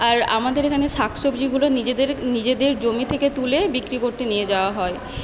আর আমাদের এখানে শাক সবজিগুলো নিজেদের নিজেদের জমি থেকে তুলে বিক্রি করতে নিয়ে যাওয়া হয়